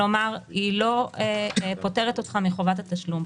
כלומר היא לא פוטרת אותך מחובת התשלום.